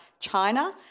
China